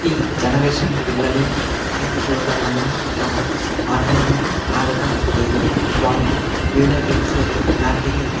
ఈ జనరేషన్ పిల్లలు స్క్రీన్ని చూడటం వల్ల తమ ఆటలను ఆడటం లేదు వాళ్ళు వీడియో గేమ్స్ లాంటివి